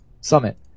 Summit